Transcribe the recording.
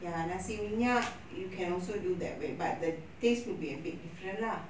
ya nasi minyak you can also do that way but the taste will be a bit lah